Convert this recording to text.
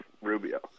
Rubio